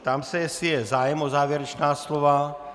Ptám se, jestli je zájem o závěrečná slova.